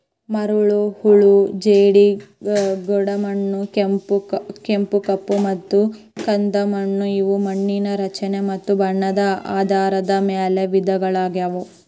ಮರಳು, ಹೂಳು ಜೇಡಿ, ಗೋಡುಮಣ್ಣು, ಕೆಂಪು, ಕಪ್ಪುಮತ್ತ ಕಂದುಮಣ್ಣು ಇವು ಮಣ್ಣಿನ ರಚನೆ ಮತ್ತ ಬಣ್ಣದ ಆಧಾರದ ಮ್ಯಾಲ್ ವಿಧಗಳಗ್ಯಾವು